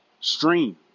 Stream